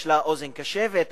יש לה אוזן קשבת,